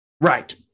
Right